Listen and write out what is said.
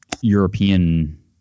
European